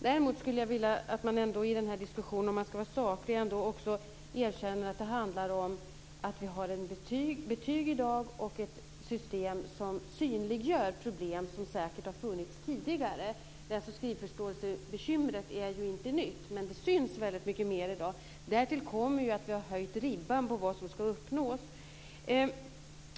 Däremot skulle jag vilja att man i den här diskussionen, om man ska vara saklig, också ska erkänna att det handlar om att vi har betyg och ett system i dag som synliggör problem som säkert har funnits tidigare. Problemet med läs och skrivsvårigheter är ju inte nytt, men det syns väldigt mycket mer i dag. Därtill kommer ju att vi har höjt ribban när det gäller vad som ska uppnås.